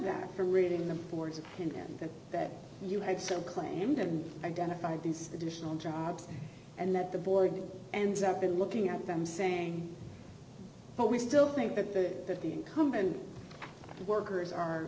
that from reading the board's opinion that that you had so claimed and identified these additional jobs and that the board ends up in looking at them saying but we still think that the that the incumbent workers are